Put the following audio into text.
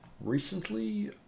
recently